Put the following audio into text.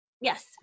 Yes